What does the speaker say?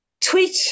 Tweet